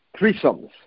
threesomes